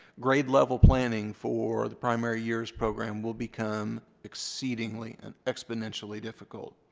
grade level planning for the primary years program will become exceedingly and exponentially difficult.